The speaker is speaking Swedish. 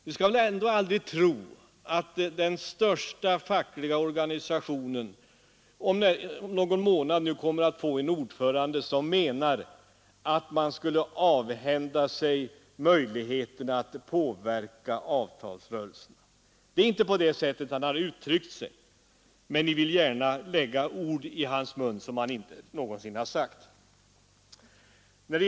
Ni skall väl ändå aldrig tro att den största fackliga organisationen om någon månad kommer att få en ordförande, som menar att LO skulle avhända sig möjligheten att påverka avtalsrörelsen. Han har inte uttryckt sig på det sättet, men ni vill gärna lägga ord i hans mun som han aldrig har sagt.